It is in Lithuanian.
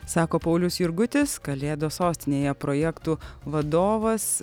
sako paulius jurgutis kalėdos sostinėje projektų vadovas